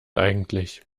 eigentlich